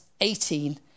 18